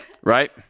Right